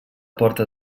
porta